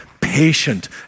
patient